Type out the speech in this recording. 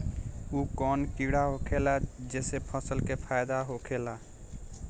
उ कौन कीड़ा होखेला जेसे फसल के फ़ायदा होखे ला?